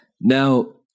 Now